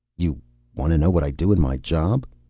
you want to know what i do in my job?